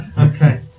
Okay